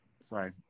Sorry